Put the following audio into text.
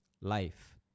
life